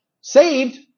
Saved